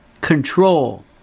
Control